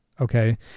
okay